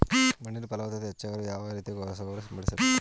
ಮಣ್ಣಿನಲ್ಲಿ ಫಲವತ್ತತೆ ಹೆಚ್ಚಾಗಲು ಯಾವ ರೀತಿಯ ರಸಗೊಬ್ಬರ ಸಿಂಪಡಿಸಬೇಕು?